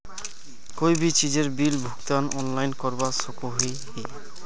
कोई भी चीजेर बिल भुगतान ऑनलाइन करवा सकोहो ही?